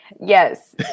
Yes